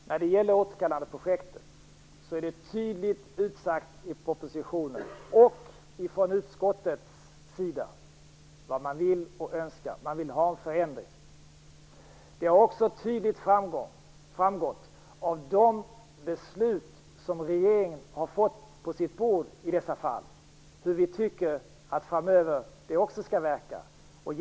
Herr talman! När det gäller återkallandeprojektet är det tydligt utsagt både i propositionen och från utskottets sida vad man vill och önskar. Man vill ha en förändring. Det har också tydligt framgått av de beslut i dessa fall som regeringen har fått på sitt bord hur vi tycker att det här skall verka framöver.